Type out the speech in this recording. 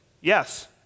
yes